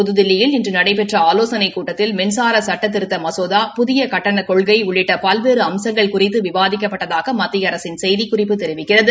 புதுதில்லியில் இன்று நடைபெற்ற ஆலோசனைக் கூட்டத்தில் மின்சார சுட்டத்திருத்த மகோதா புதிய கட்டனக் கொள்கை உள்ளிட்ட பல்வேறு அம்சங்கள் குறித்து விவாதிக்கப்பட்டதாக மத்திய அரசின் செய்திக்குறிப்பு தெரிவிக்கிறது